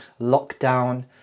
lockdown